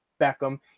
Beckham